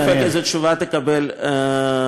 אין לי ספק איזו תשובה תקבל שם.